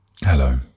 Hello